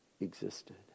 existed